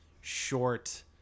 short